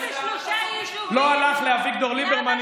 לאביגדור ליברמן,